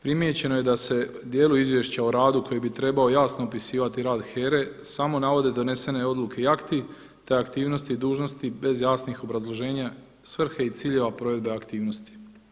Primijećeno je da se dijelu Izvješća o radu koji bi trebao jasno opisivati rad HERA-e samo navode donesene odluke i akti te aktivnosti i dužnosti bez jasnih obrazloženja, svrhe i ciljeva provedbe aktivnosti.